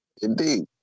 Indeed